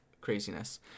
craziness